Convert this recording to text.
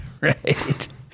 right